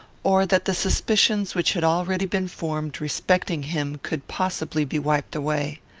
or that the suspicions which had already been formed respecting him could possibly be wiped away.